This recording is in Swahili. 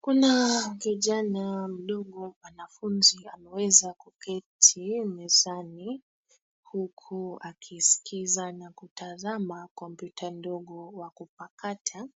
Kuna kijana mdogo mwanafunzi ameweza kuketi mezani huku akiskiza na kutazama kompyuta ndogo wa kupakata